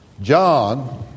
John